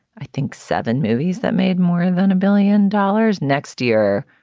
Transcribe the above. i think, seven movies that made more than a billion dollars. next year,